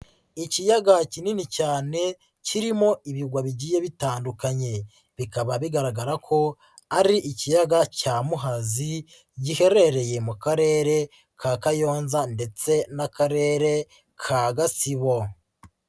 Ikiyaga kinini cyane kirimo ibirwa bigiye bitandukanye, bikaba bigaragara ko ari ikiyaga cya Muhazi giherereye mu karere ka Kayonza ndetse n'Akarere ka Gatsibo.